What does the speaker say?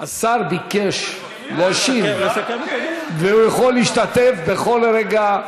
השר ביקש להשיב, והוא יכול להשתתף בכל רגע.